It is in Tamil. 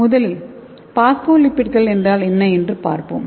முதலில் பாஸ்போலிபிட்கள் என்றால் என்ன என்று பார்ப்போம்